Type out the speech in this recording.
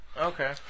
Okay